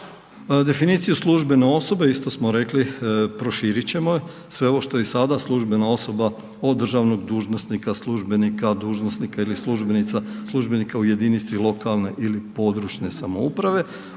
Definiciju službene osobe isto smo rekli proširit ćemo, sve ovo što je i sada službena osoba od državnog dužnosnika, službenika, dužnosnika ili službenica, službenika u jedinici lokalne ili područne samouprave,